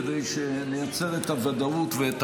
כדי שנייצר את הוודאות ואת